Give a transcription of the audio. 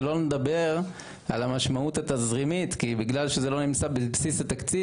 שלא נדבר על המשמעות התזרימית כי בגלל שזה לא נמצא בבסיס התקציב,